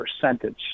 percentage